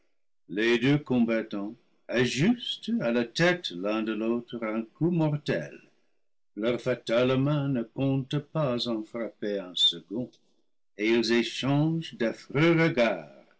les deux combatlivre ii il tants ajustent à la tête l'un de l'autre un coup mortel leurs fatales mains ne comptent pas en frapper un second et ils échangent d'affreux regards